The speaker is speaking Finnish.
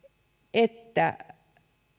että